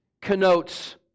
connotes